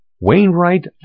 Wainwright